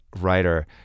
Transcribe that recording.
writer